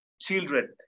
children